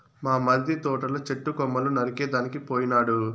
మా మరిది తోటల చెట్టు కొమ్మలు నరికేదానికి పోయినాడు